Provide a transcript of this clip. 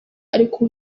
ariko